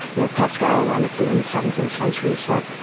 you know pascal, wonderfully, in the seventeenth century, said,